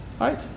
right